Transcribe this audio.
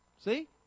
See